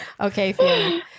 Okay